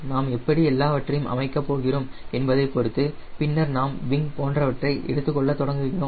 நாம் எப்படி எல்லாவற்றையும் அமைக்கப் போகிறோம் என்பதைப் பொறுத்து பின்னர் நாம் விங் போன்றவற்றை எடுத்துக்கொள்ள தொடங்குகிறோம்